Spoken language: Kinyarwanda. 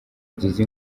igize